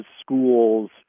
schools